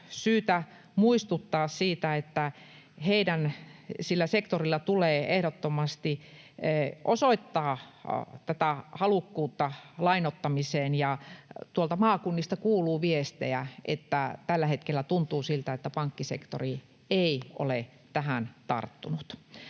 syytä muistuttaa siitä, että heidän sillä sektorilla tulee ehdottomasti osoittaa halukkuutta lainoittamiseen. Ja tuolta maakunnista kuuluu viestejä, että tällä hetkellä tuntuu siltä, että pankkisektori ei ole tähän tarttunut.